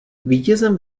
vítězem